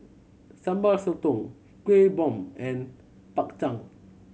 Sambal Sotong Kuih Bom and Bak Chang